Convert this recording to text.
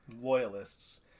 loyalists